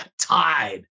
tied